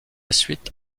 suite